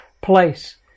place